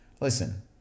listen